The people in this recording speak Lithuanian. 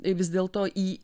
vis dėl to į